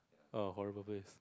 !oh! horrible place